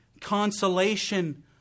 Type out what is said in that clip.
consolation